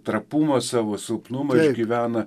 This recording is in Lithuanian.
trapumą savo silpnumą išgyvena